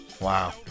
Wow